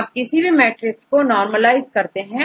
आप किसी भी मैट्रिक्स को नॉर्मल आइज करते हैं